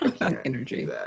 Energy